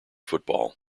football